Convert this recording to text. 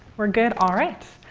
we're good? all right.